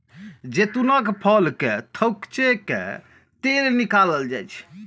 जैतूनक फल कें थकुचि कें तेल निकालल जाइ छै